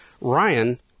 Ryan